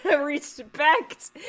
respect